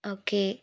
okay